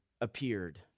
appeared